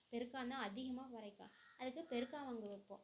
பெருக்கான் தான் அதிகமாக வரைக்கும் அதுக்கு பெருக்கான் வங்கு வைப்போம்